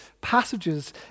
passages